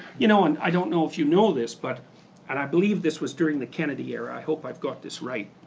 you know and i don't know if you know this, but and i believe this was during the kennedy era, i hope i got this right.